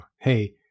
Hey